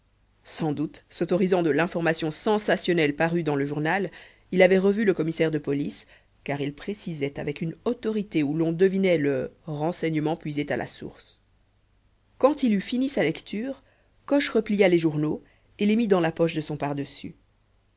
sans doute s'autorisant de l'information sensationnelle parue dans le journal il avait revu le commissaire de police car il précisait avec une autorité où l'on devinait le renseignement puisé à la bonne source quand il eut fini sa lecture coche replia les journaux et les mit dans la poche de son pardessus